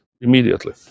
Immediately